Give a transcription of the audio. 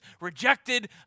rejected